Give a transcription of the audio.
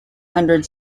hundred